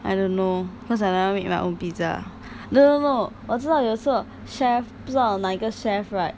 I don't know cause I never make my own pizza no no no 我知道有一次 chef 不知道哪一个 chef right